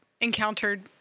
encountered